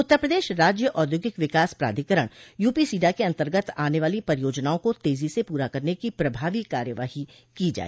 उत्तर प्रदेश राज्य औद्योगिक विकास प्राधिकरण यूपीसीडा के अंतर्गत आने वाली परियोजनाओं को तेजी से पूरा करने की प्रभावी कार्यवाही की जाए